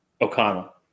O'Connell